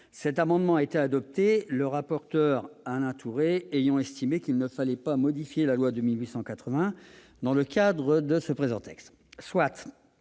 Cet amendement a été adopté, le rapporteur Alain Tourret ayant estimé qu'il ne fallait pas modifier la loi de 1881 dans le cadre du présent texte.